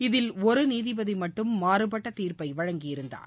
இதில் ஒரு நீதிபதி மட்டும் மாறபட்ட தீர்ப்பை வழங்கியிருந்தார்